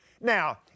Now